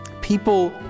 People